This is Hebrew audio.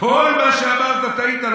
בכל מה שאמרת טעית?